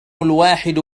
الواحد